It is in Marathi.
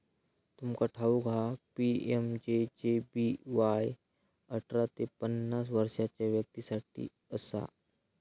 तुमका ठाऊक हा पी.एम.जे.जे.बी.वाय अठरा ते पन्नास वर्षाच्या व्यक्तीं साठी असा